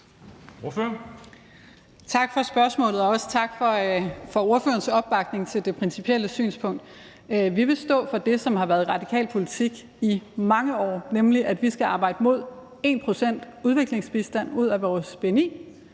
Tak for spørgsmålet, og også tak for ordførerens opbakning til det principielle synspunkt. Vi vil stå på det, som har været radikal politik i mange år, nemlig at vi skal arbejde hen imod at bruge 1 pct. af vores bni